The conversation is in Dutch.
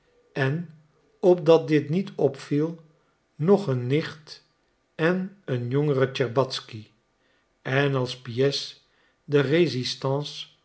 en opdat dit niet opviel nog een nicht en een jongere tscherbatzky en als pièce de résistance